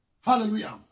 Hallelujah